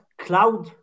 cloud